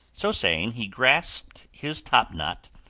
so saying, he gasped his top-knot,